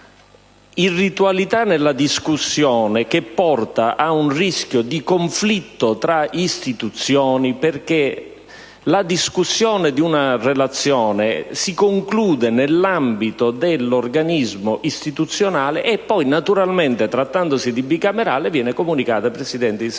Irritualità nella discussione che porta a un rischio di conflitto tra istituzioni, perché la discussione di una relazione si conclude nell'ambito dell'organismo istituzionale; poi, naturalmente, trattandosi di bicamerale, viene comunicata ai Presidenti di Camera